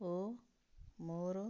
ଓ ମୋର